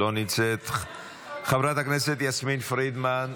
לא נמצאת, חברת הכנסת יסמין פרידמן,